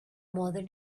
mother